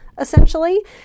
essentially